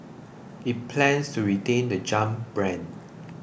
it plans to retain the Jump brand